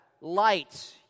light